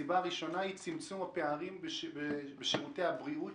הסיבה הראשונה היא צמצום הפערים בשירותי הבריאות